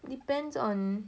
depends on